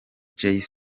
jay